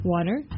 Water